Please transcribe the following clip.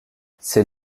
ses